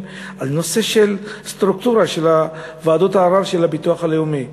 על הנושא של הסטרוקטורה של ועדות הערר של הביטוח הלאומי.